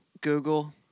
Google